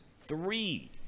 three